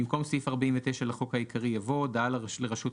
26.במקום סעיף 49 לחוק העיקרי יבוא: "הודעה לרשות49.